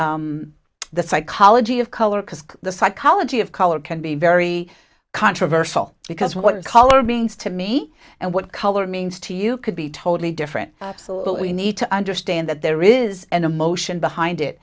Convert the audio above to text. the psychology of color because the psychology of color can be very controversial because what color beings to me and what color means to you could be totally different absolutely need to understand that there is an emotion behind it